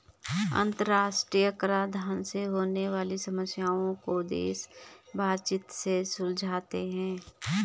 अंतरराष्ट्रीय कराधान से होने वाली समस्याओं को देश बातचीत से सुलझाते हैं